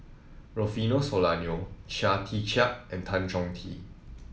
Rufino Soliano Chia Tee Chiak and Tan Chong Tee